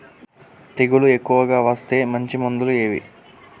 తెగులు ఎక్కువగా వస్తే మంచి మందులు ఏవి?